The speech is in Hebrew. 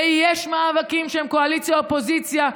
יש מאבקים עקרוניים בין הקואליציה לאופוזיציה,